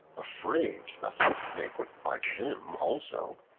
afraid that the snake would bite him also,